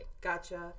Gotcha